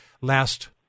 last